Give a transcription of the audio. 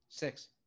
six